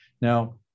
Now